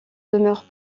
demeure